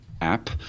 app